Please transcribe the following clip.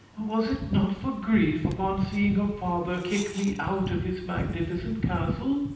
was it not for grief, upon seeing her father kick me out of his magnificent castle?